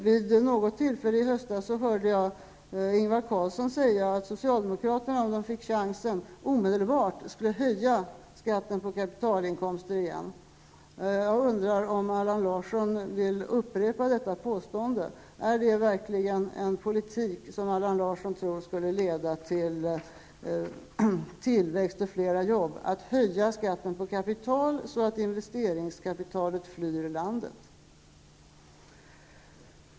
Vid något tillfälle i höstas hörde jag Ingvar Carlsson säga att socialdemokraterna, om de fick chansen, omedelbart skulle höja skatten på kapitalinkomster igen. Jag undrar om Allan Larsson vill upprepa detta påstående. Är det verkligen en politik som Allan Larsson tror skulle leda till tillväxt och fler jobb, att höja skatten på kapital så att investeringskapitalet flyr landet? Herr talman!